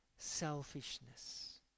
selfishness